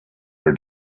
your